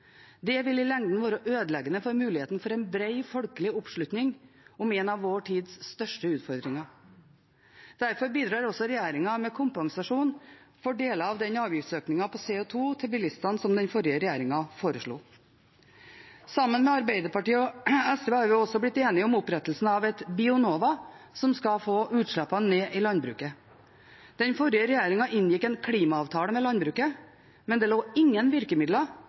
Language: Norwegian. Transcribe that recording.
Det vil i lengden være ødeleggende for muligheten for en bred folkelig oppslutning om en av vår tids største utfordringer. Derfor bidrar også regjeringen med kompensasjon for deler av den avgiftsøkningen på CO 2 til bilistene som den forrige regjeringen foreslo. Sammen med Arbeiderpartiet og SV har vi også blitt enige om opprettelsen av et Bionova, som skal få utslippene ned i landbruket. Den forrige regjeringen inngikk en klimaavtale med landbruket, men det forelå ingen virkemidler